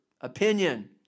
opinion